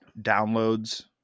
downloads